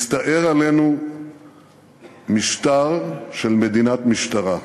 מסתער עלינו משטר של מדינת משטרה.